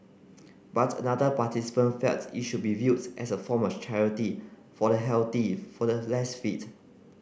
but another participant felt it should be viewed as a form of charity for the healthy for the less fit